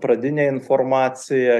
pradinė informacija